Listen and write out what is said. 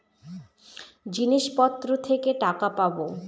জিনিসপত্র থেকে টাকা পাবো